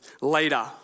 later